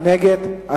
נגד,